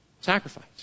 sacrifice